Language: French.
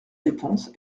dépense